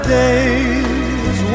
days